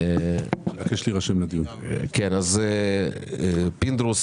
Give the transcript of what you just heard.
אני אשים את הדברים